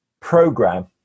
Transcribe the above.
program